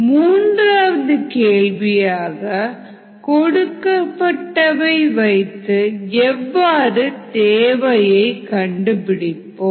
மூன்றாவது கேள்வியாக கொடுக்கப்பட்டவை வைத்து எவ்வாறு தேவையை கண்டுபிடிப்போம்